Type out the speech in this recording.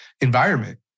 environment